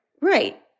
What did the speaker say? Right